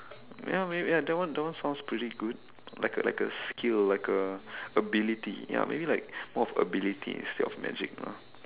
ya maybe that one that one sounds pretty good like a like a skill like a ability ya maybe like more of ability instead of like magic ah